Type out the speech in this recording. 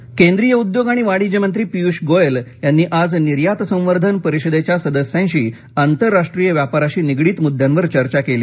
गोयल केंद्रीय उद्योग आणि वाणिज्य मंत्री पीयूष गोयल यांनी आज निर्यात संवर्धन परिषदेच्या सदस्यांशी आंतरराष्ट्रीय व्यापाराशी निगडीत मुद्द्यांवर चर्चा केली